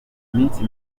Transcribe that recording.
iminsi